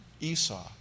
Esau